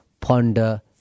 ponder